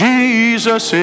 Jesus